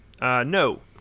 no